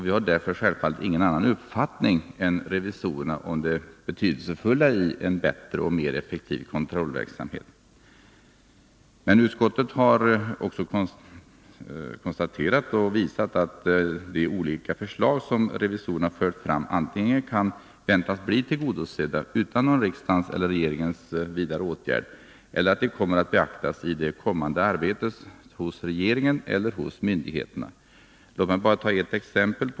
Vi har därför självfallet ingen annan uppfattning än revisorerna om det betydelsefulla i en bättre och mer effektiv kontrollverksamhet. Men utskottet har också konstaterat att de olika förslag som revisorerna lagt fram antingen kan väntas bli tillgodosedda utan riksdagens eller regeringens vidare åtgärd eller kommer att beaktas i det kommande arbetet hos regeringen eller myndigheterna. Låt mig ta ett exempel.